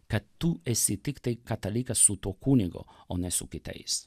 kad tu esi tiktai katalikas su tuo kunigu o ne su kitais